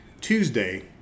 Tuesday